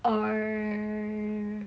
err